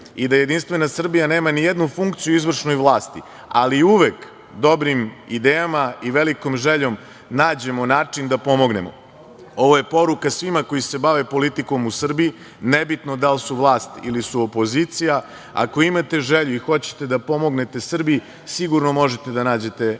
i da Jedinstvena Srbija, nema ni jednu funkciju u izvršnoj vlasti, ali uvek dobrim idejama i velikom željom nađemo način da pomognemo. Ovo je poruka svima koji se bave politikom u Srbiji, nebitno da li su vlasti ili su opozicija. Ako imate želju i hoćete da pomognete Srbiji sigurno možete da nađete način.